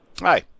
Hi